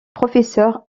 professeur